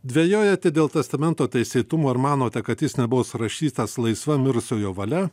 dvejojate dėl testamento teisėtumo ar manote kad jis nebuvo surašytas laisva mirusiojo valia